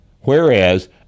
whereas